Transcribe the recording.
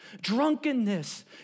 drunkenness